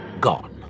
gone